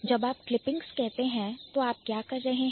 जब आप Clippings कहते हैंतो आप क्या कर रहे हैं